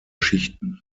schichten